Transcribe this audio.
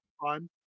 fun